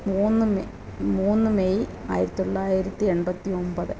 മൂന്ന് മൂന്ന് മെയ് ആയിരത്തി തൊള്ളായിരത്തി എൺപത്തി ഒമ്പത്